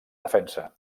defensa